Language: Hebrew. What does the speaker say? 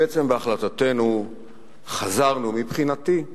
בעצם בהחלטתנו חזרנו, מבחינתי,